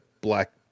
black